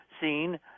seen